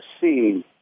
seen